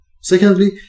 Secondly